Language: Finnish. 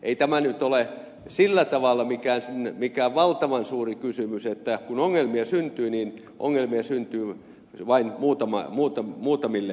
ei tämä nyt ole sillä tavalla mikään valtavan suuri kysymys että kun ongelmia syntyy niin ongelmia syntyy vain muutamille tiloille